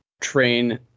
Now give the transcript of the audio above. train